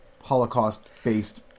Holocaust-based